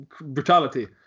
brutality